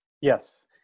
Yes